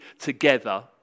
together